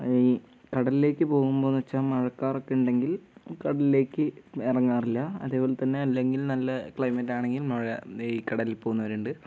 ഈ കടലിലേക്ക് പോകുമ്പോൾ എന്ന് വെച്ചാൽ മഴക്കാറൊക്കെ ഉണ്ടെങ്കിൽ കടലിലേക്ക് ഇറങ്ങാറില്ല അതേപോലെത്തന്നെ അല്ലെങ്കിൽ നല്ല ക്ലൈമറ്റാണെങ്കിൽ മഴ ഈ കടലിൽ പോകുന്നവരുണ്ട്